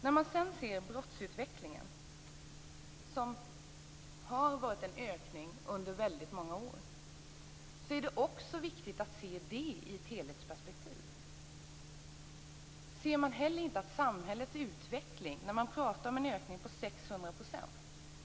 När man sedan ser på brottsutvecklingen, där vi har sett en ökning under väldigt många år, är det också viktigt att se den ur ett helhetsperspektiv. Man pratar om en ökning med 600 %.